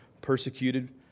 persecuted